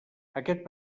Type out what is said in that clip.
aquest